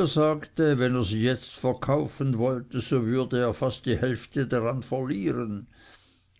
er sagte wenn er sie jetzt verkaufen wollte so würde er fast die hälfte daran verlieren